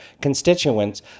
constituents